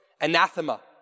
anathema